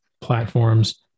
platforms